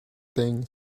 thing